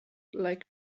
like